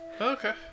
okay